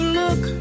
look